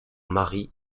marie